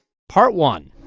part one